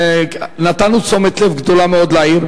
נתנו תשומת לב גדולה מאוד לעיר,